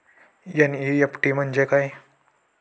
NEFT म्हणजे काय?